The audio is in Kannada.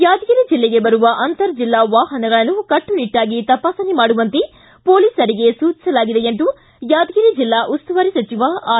ಯಾದಗಿರಿ ಜಿಲ್ಲೆಗೆ ಬರುವ ಅಂತರ ಜಿಲ್ಲಾ ವಾಹನಗಳನ್ನು ಕಟ್ಟುನಿಟ್ಟಾಗಿ ತಪಾಸಣೆ ಮಾಡುವಂತೆ ಮೊಲೀಸರಿಗೆ ಸೂಚಿಸಲಾಗಿದೆ ಎಂದು ಯಾದಗಿರಿ ಜೆಲ್ಲಾ ಉಸ್ತುವಾರಿ ಸಚಿವ ಆರ್